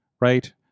right